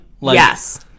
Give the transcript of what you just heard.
Yes